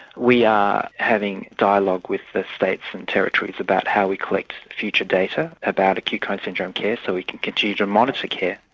we are having dialogue with the states and territories about how we collect future data about acute coronary syndrome care, so we can continue to monitor care.